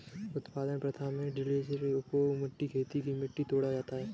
उत्पादन प्रथा में टिलेज़ का उपयोग कर खेत की मिट्टी को तोड़ा जाता है